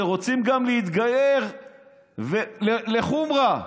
שרוצים גם להתגייר לחומרה,